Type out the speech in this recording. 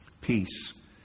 Peace